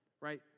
right